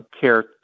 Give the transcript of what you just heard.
care